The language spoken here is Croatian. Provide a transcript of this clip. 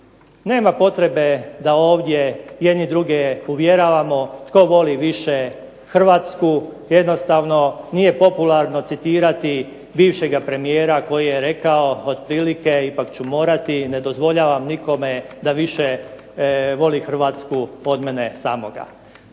Nema potrebe da ovdje jedni druge uvjeravamo tko voli više Hrvatsku, jednostavno nije popularno citirati bivšega premijera koji je rekao otprilike, ipak ću morati ne dozvoljavam nikome da više voli Hrvatsku od mene samoga.